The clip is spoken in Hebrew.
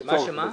אין צורך בזה.